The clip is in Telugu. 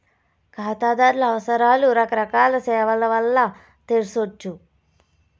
కాతాదార్ల అవసరాలు రకరకాల సేవల్ల వల్ల తెర్సొచ్చు